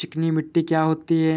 चिकनी मिट्टी क्या होती है?